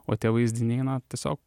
o tie vaizdiniai na tiesiog